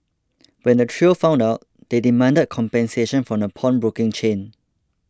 when the trio found out they demanded compensation from the pawnbroking chain